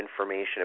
information